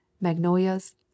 magnolias